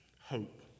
Hope